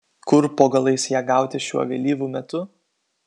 kur po galais ją gauti šiuo vėlyvu metu